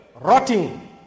rotting